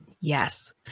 yes